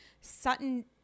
Sutton